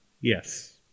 Yes